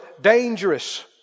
dangerous